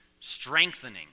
strengthening